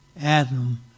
Adam